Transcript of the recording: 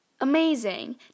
Amazing